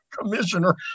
commissioner